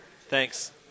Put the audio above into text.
Thanks